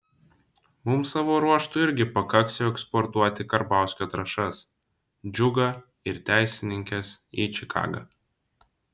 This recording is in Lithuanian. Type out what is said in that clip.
mums savo ruožtu irgi pakaks jau eksportuoti karbauskio trąšas džiugą ir teisininkes į čikagą